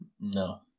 No